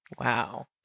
Wow